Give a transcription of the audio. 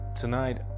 tonight